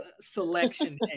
selection